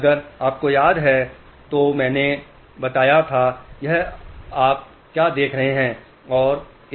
अगर आपको याद है तो मैंने बताया यह आप क्या देख रहे हैं